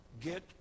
get